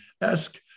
esque